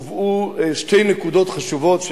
הובאו שתי נקודות חשובות.